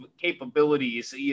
capabilities